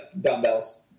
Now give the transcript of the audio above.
Dumbbells